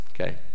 okay